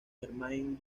germain